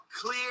clear